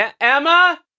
Emma